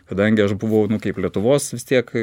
kadangi aš buvau kaip lietuvos vis tiek